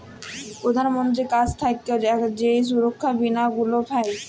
প্রধাল মন্ত্রীর কাছ থাক্যে যেই সুরক্ষা বীমা গুলা হ্যয়